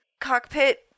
cockpit